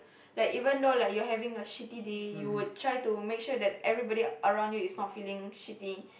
like even though you're having a shitty day you will try to make sure everybody around you is not feeling shitty